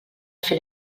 fer